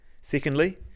Secondly